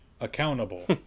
accountable